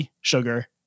Sugar